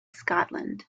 scotland